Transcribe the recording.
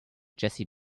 jessie